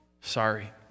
sorry